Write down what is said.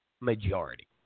majority